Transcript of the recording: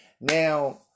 Now